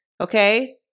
Okay